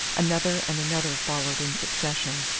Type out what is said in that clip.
another and another followed in succession.